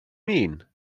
mean